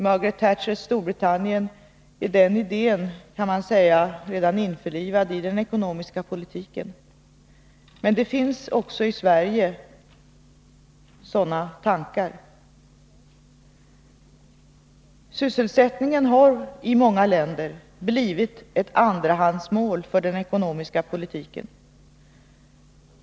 Man kan säga att den idén redan är införlivad i den ekonomiska politiken i Margaret Thatchers Storbritannien. Men det finns sådana tankar även i Sverige. Sysselsättningen har i många länder blivit ett andrahandsmål för den ekonomiska politiken.